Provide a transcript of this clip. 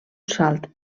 salt